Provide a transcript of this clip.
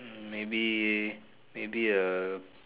maybe maybe a